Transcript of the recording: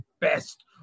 best